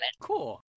Cool